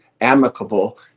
amicable